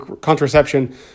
contraception